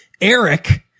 Eric